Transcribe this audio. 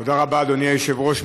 תודה רבה, אדוני היושב-ראש.